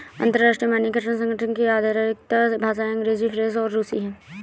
अंतर्राष्ट्रीय मानकीकरण संगठन की आधिकारिक भाषाएं अंग्रेजी फ्रेंच और रुसी हैं